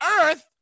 earth